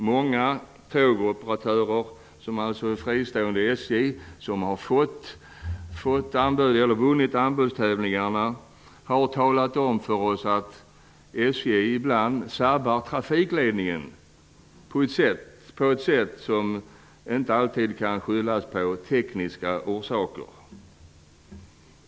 Många tågoperatörer -- som alltså är fristående från SJ -- som har vunnit anbudstävlingar har talat om för oss att SJ ibland ''sabbar'' trafikledningen på ett sätt som inte alltid kan skyllas på tekniska omständigheter.